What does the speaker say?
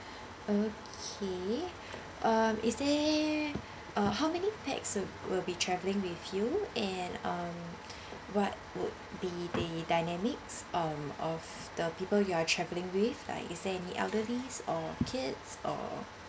okay um is there uh how many pax of uh will be travelling with you and um what would be the dinamics um of the people you are travelling with like is there any elderlies or kids or